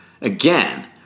Again